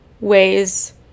ways